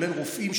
כולל רופאים,